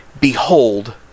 Behold